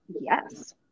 yes